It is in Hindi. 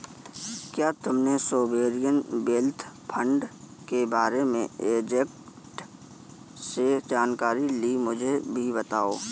क्या तुमने सोवेरियन वेल्थ फंड के बारे में एजेंट से जानकारी ली, मुझे भी बताओ